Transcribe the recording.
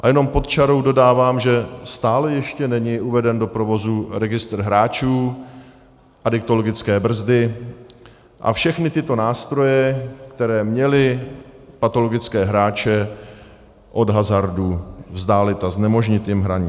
A jenom pod čarou dodávám, že stále ještě není uveden do provozu registr hráčů, adiktologické brzdy a všechny tyto nástroje, které měly patologické hráče od hazardu vzdálit a znemožnit jim hraní.